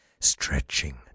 Stretching